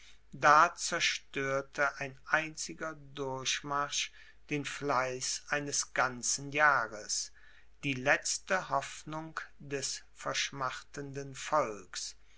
da zerstörte ein einziger durchmarsch den fleiß eines ganzen jahres die letzte hoffnung des verschmachtenden volks